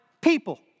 people